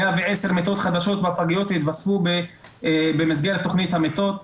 110 מיטות חדשות בפגיות התווספו במסגרת תכנית המיטות.